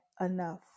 enough